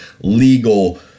legal